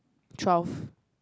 twelve